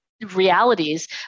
realities